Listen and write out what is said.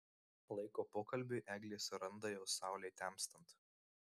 laiko pokalbiui eglė suranda jau saulei temstant